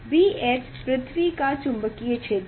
BH पृथ्वी का चुंबकीय क्षेत्र है